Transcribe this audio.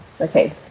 okay